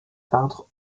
peintres